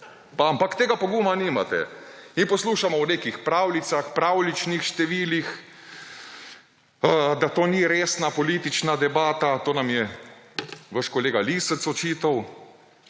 ampak tega poguma nimate in poslušamo o nekih pravljicah, pravljičnih številih, da to ni resna politična debata – to nam je vaš kolega Lisec očital.